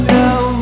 now